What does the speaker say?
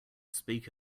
speak